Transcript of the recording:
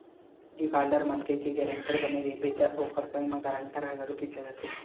defaulter मनखे के guarantor बने रहिबे त ओखर संग म गारंटर ह घलो पिसा जाथे